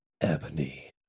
ebony